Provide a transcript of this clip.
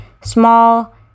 small